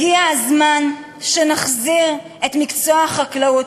הגיע הזמן שנחזיר ונציב את מקצוע החקלאות